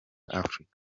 africa